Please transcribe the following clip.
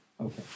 Okay